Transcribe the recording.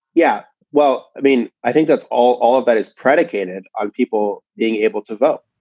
yeah, well, i mean, i think that's all all of that is predicated on people being able to vote.